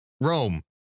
Rome